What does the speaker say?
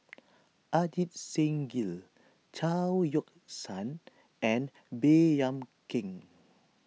Ajit Singh Gill Chao Yoke San and Baey Yam Keng